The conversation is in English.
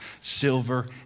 Silver